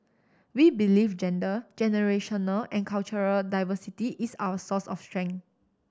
we believe gender generational and cultural diversity is our source of strength